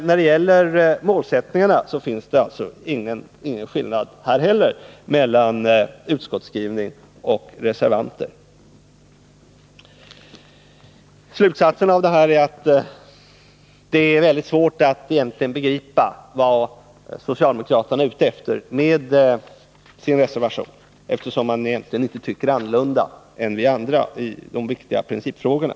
När det gäller målsättningarna finns det inte heller här någon skillnad mellan utskottsmajoritetens och reservanternas uppfattning. Slutsatsen är att det är väldigt svårt att begripa vad socialdemokraterna är ute efteri sin reservation, eftersom de egentligen inte tycker annorlunda än vi andra i de viktiga principfrågorna.